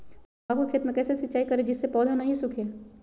तम्बाकू के खेत मे कैसे सिंचाई करें जिस से पौधा नहीं सूखे?